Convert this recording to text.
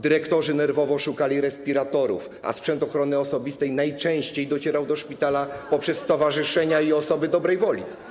Dyrektorzy nerwowo szukali respiratorów, a sprzęt ochrony osobistej najczęściej docierał do szpitala poprzez stowarzyszenia i osoby dobrej woli.